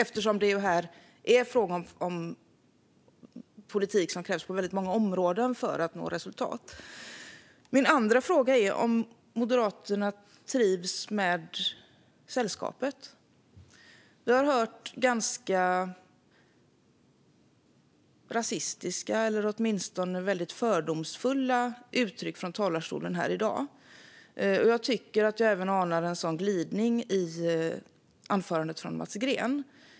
Här krävs det ju politik på väldigt många områden för att nå resultat. Min andra fråga är om Moderaterna trivs med sällskapet. Vi har hört ganska rasistiska eller åtminstone väldigt fördomsfulla uttryck från talarstolen här i dag, och jag tycker att jag även anar en sådan glidning i anförandet från Mats Green.